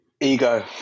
ego